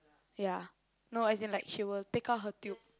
ya no as in like she will get out her tube